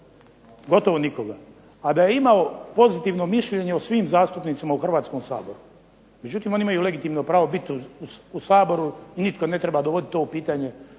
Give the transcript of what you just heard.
razgovarao, a da je imao pozitivno mišljenje o svim zastupnicima u Hrvatskom saboru. međutim, oni imaju legitimno pravo biti u Saboru i nitko ne treba dovoditi to u pitanje.